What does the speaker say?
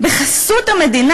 בחסות המדינה.